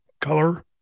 color